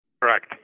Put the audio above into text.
Correct